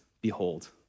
behold